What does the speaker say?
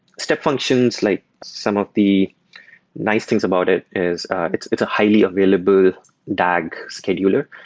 step functions like some of the nice things about it is it's it's a highly available dag scheduler,